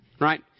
right